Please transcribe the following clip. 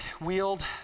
wield